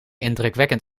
indrukwekkend